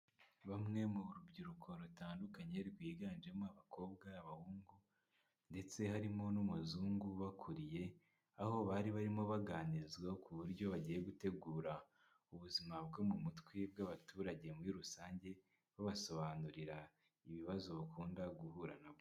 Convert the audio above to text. Bamwe mu rubyiruko rutandukanye rwiganjemo abakobwa, abahungu ndetse harimo n'umuzungu bakuriye, aho bari barimo baganizwaho ku buryo bagiye gutegura ubuzima bwo mu mutwe bw'abaturage muri rusange, babasobanurira ibibazo bakunda guhura nabyo.